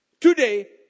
Today